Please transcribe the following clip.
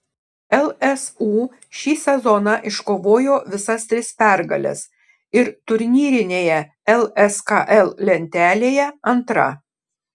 lsu šį sezoną iškovojo visas tris pergales ir turnyrinėje lskl lentelėje antra